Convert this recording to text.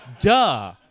Duh